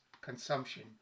consumption